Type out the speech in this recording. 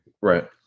Right